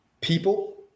people